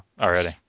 already